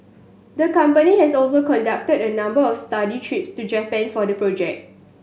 the company has also conducted a number of study trips to Japan for the project